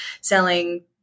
selling